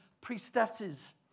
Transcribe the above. priestesses